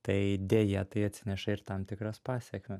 tai deja tai atsineša ir tam tikras pasekmes